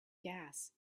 gas